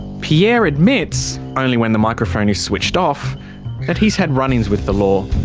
pierre admits only when the microphone is switched off that he's had run ins with the law.